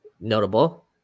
Notable